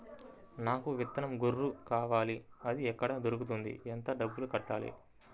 నాకు విత్తనం గొర్రు కావాలి? అది ఎక్కడ దొరుకుతుంది? ఎంత డబ్బులు కట్టాలి?